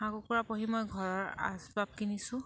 হাঁহ কুকুৰা পুহি মই ঘৰৰ আচবাব কিনিছোঁ